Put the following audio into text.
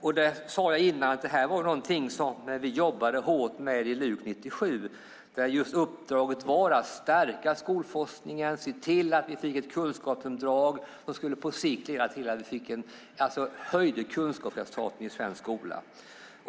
Jag sade innan att det här var någonting som vi jobbade hårt med i LUK 97, där just uppdraget var att stärka skolforskningen, se till att vi fick ett kunskapsunderlag som på sikt skulle leda till att vi höjde kunskapsresultaten i svensk skola.